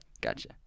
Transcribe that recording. Gotcha